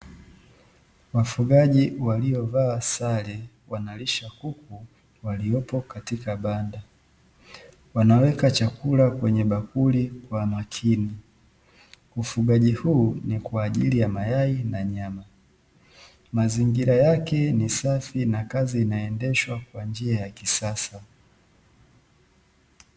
Wafugaji waliovaa sare, wanalisha kuku waliopo katika banda, wanaweka chakula kwenye bakuli Kwa makini. Ufugaji hu ni kwa ajili ya mayai na nyama. Mazingira yake ni safi na kazi inaendeshwa kwa njia ya kisasa.